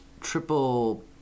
triple